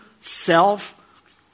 self